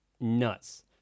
nuts